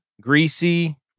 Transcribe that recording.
Greasy